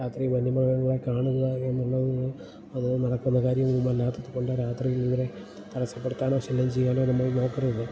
രാത്രി വന്യ മൃഗങ്ങളെ കാണുക എന്നുള്ളത് അത് നടക്കുന്ന കാര്യങ്ങളും അല്ലാത്തത് കൊണ്ട് രാത്രിയിൽ ഇവരെ തടസപ്പെടുത്താനോ ശല്യം ചെയ്യാനോ നമ്മള് നോക്കരുത്